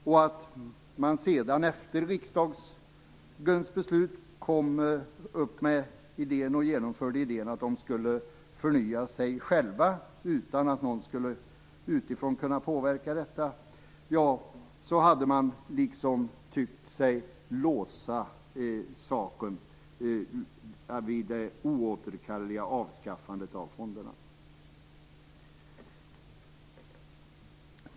När man sedan efter riksdagens beslut genomförde idén att de skulle förnya sig själva utan att någon skulle kunna påverka detta utifrån hade man liksom tyckt sig låsa saken vid ett oåterkalleligt avskaffande av fonderna.